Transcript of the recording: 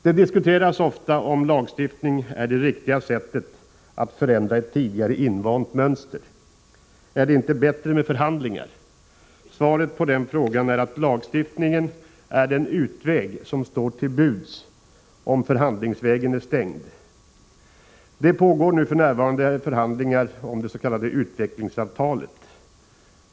Det diskuteras ofta om lagstiftning är det riktiga sättet att förändra ett tidigare invant mönster. Är det inte bättre med förhandlingar? Svaret på den frågan är att lagstiftningen är den utväg som står till buds om förhandlingsvägen är stängd. Det pågår f. n. förhandlingar om det s.k. utvecklingsavtalet.